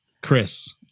Chris